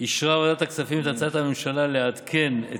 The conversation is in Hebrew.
אישרה ועדת הכספים את הצעת הממשלה לעדכן את